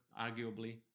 arguably